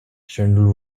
chandler